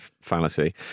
fallacy